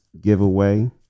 giveaway